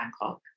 Bangkok